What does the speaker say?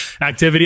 activity